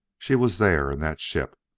she was there in that ship,